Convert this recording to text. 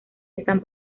están